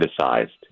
criticized